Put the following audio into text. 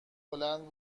بلند